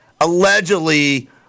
allegedly